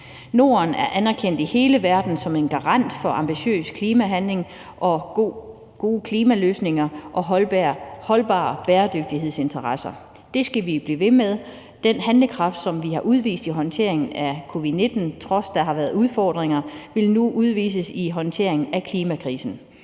Norden er anerkendt i hele verden som en garant for ambitiøs klimahandling og gode klimaløsninger og holdbare bæredygtighedsinteresser. Det skal vi blive ved med. Den handlekraft, som vi har udvist i håndteringen af covid-19, til trods for at der har været udfordringer, vil nu vise sig i håndteringen af klimakrisen.